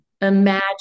imagine